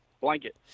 Blanket